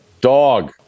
dog